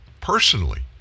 personally